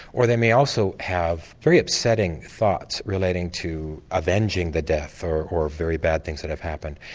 or they may also have very upsetting thoughts relating to avenging the death or or very bad things that have happened.